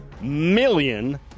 million